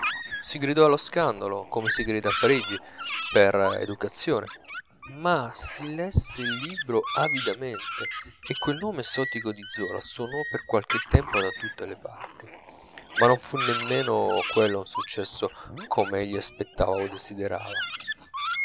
si gridò allo scandalo come si grida a parigi per educazione ma si lesse il libro avidamente e quel nome esotico di zola suonò per qualche tempo da tutte le parti ma non fu nemmen quello un successo come egli aspettava o desiderava